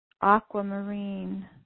aquamarine